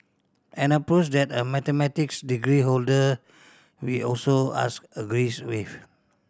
an approach that a mathematics degree holder we also ask agrees with